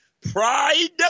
pride